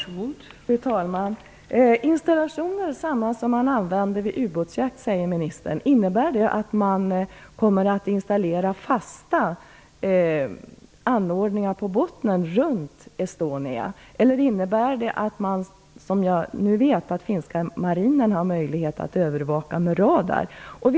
Fru talman! Installationen är densamma som vid ubåtsjakt, säger ministern. Innebär det att man kommer att installera fasta anordningar på botten runt Estonia? Eller innebär det att man har möjlighet att övervaka med radar, som jag vet att finska marinen gör?